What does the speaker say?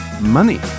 Money